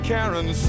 Karen